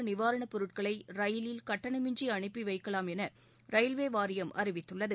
கஜ நிவாரணப் பொருட்களை ரயிலில் கட்டணமின்றி அனுப்பி வைக்கலாம் என ரயில்வே வாரியம் அறிவித்துள்ளது